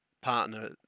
partner